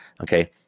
Okay